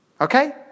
Okay